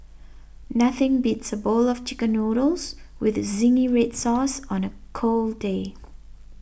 nothing beats a bowl of Chicken Noodles with Zingy Red Sauce on a cold day